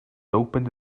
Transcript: opened